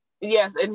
Yes